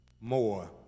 more